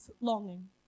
longing